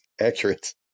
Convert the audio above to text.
accurate